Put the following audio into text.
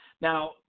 Now